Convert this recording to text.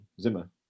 Zimmer